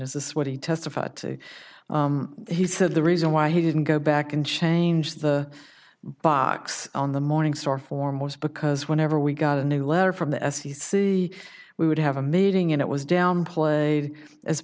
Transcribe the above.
this what he testified to he said the reason why he didn't go back and change the box on the morningstar foremost because whenever we got a new letter from the f c c we would have a meeting and it was downplayed as